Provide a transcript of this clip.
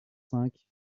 cinq